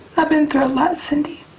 i've been through a lot, cindy.